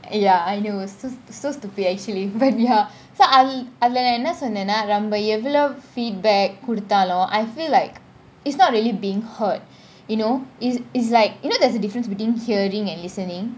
ya I know so so stupid actually but ya so I அதுல நான் என்ன சொன்னான் நம்ம எவ்ளோ :athula naan enna sonnan namma evlo feedback குடுத்தாலும் :kuduthaalum I feel like it's not really being hurt you know is is like you know there's a difference between hearing and listening